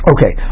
Okay